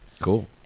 Cool